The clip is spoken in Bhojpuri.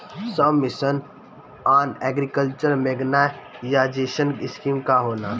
सब mission on agriculture mechanization scheme का होला?